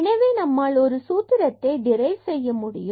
எனவே நம்மால் ஒரு சூத்திரத்தை டிரைவ் செய்ய முடியும்